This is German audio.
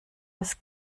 was